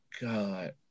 god